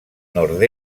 nord